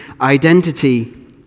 identity